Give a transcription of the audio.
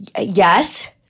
Yes